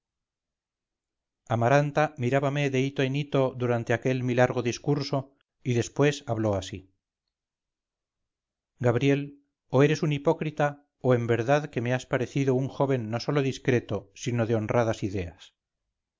amaranta mirábame de hito en hito durante aquel mi largo discurso y después habló así gabriel o eres un hipócrita o en verdadque me vas pareciendo un joven no sólo discreto sino de honradas ideas